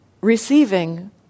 receiving